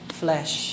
flesh